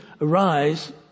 arise